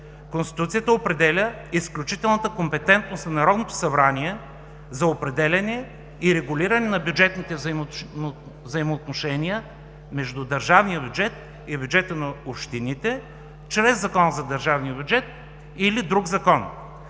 Конституцията определя изключителната компетентност на Народното събрание за определяне и регулиране на бюджетните взаимоотношения между държавния бюджет и бюджета на общините чрез Закона за държавния бюджет или друг закон.